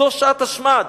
זו שעת השמד.